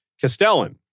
Castellan